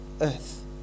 earth